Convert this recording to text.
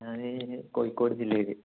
ഞാൻ കോഴിക്കോട് ജില്ലയിൽ